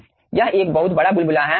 यह एक बहुत बड़ा बुलबुला है